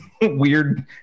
weird